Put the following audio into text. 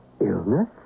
Illness